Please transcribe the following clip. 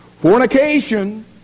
fornication